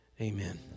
Amen